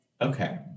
Okay